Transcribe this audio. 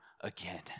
again